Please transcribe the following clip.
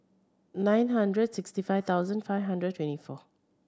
nine hundred sixty five thousand five hundred twenty four